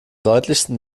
deutlichsten